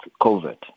covid